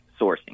sourcing